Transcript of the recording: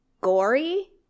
gory